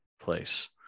place